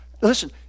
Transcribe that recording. Listen